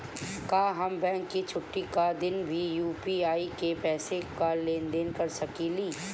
का हम बैंक के छुट्टी का दिन भी यू.पी.आई से पैसे का लेनदेन कर सकीले?